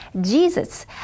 Jesus